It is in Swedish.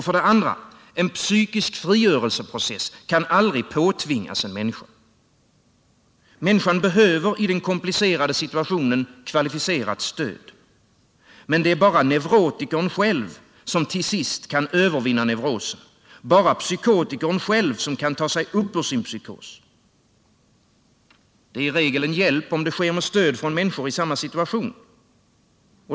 För det andra: En psykisk frigörelseprocess kan aldrig påtvingas en människa. Människan behöver i den komplicerade situationen kvalificerat stöd. Men det är bara neurotikern själv som till sist kan övervinna neurosen, bara psykotikern själv som kan ta sig upp ur sin psykos. Det är i regel en hjälp om det sker med stöd från människor i samma situation.